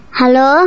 hello